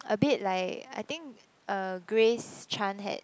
a bit like I think uh Grace-Chan had